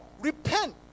repent